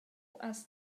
has